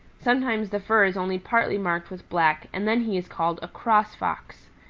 sometimes the fur is only partly marked with black and then he is called a cross fox.